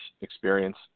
experience